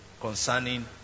concerning